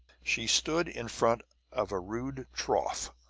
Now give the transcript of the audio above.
she stood in front of a rude trough,